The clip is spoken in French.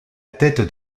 tête